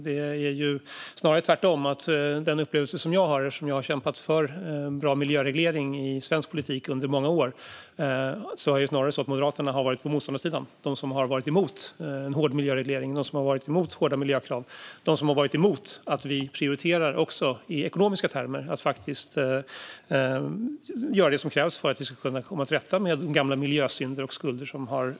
Det är snarare tvärtom så att den upplevelse jag har efter att jag under många år i svensk politik har kämpat för bra miljöreglering är att Moderaterna snarare har varit på motståndarsidan, de som har varit emot en hård miljöreglering, hårda miljökrav och en prioritering i ekonomiska termer för att göra det som krävs för att komma till rätta med gamla miljösynder och skulder.